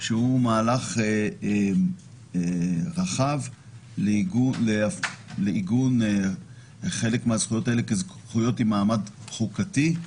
שהוא מהלך רחב לעיגון חלק מהזכויות האלה כזכויות עם מעמד חוקתי.